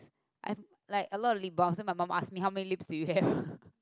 I like a lot of lip balms then my mum asked me how many lips do you have